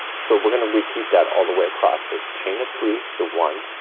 so we're gonna repeat that all the way across. so chain up three. so one,